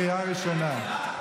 קריאה ראשונה.